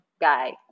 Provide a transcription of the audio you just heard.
Guy